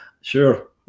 Sure